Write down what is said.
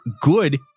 good